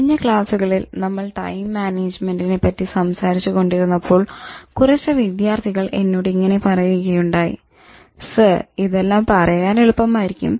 കഴിഞ്ഞ ക്ലാസ്സുകളിൽ നമ്മൾ ടൈം മാനേജ്മെന്റിനെ പറ്റി സംസാരിച്ചുകൊണ്ടിരുന്നപ്പോൾ കുറച്ച് വിദ്യാർഥികൾ എന്നോട് ഇങ്ങനെ പറയുകയുണ്ടായി " സർ ഇതെല്ലാം പറയാൻ എളുപ്പമായിരിക്കും